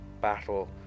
battle